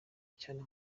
cyane